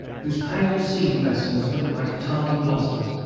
whose pale seed-vessels looked like tardy blossoms.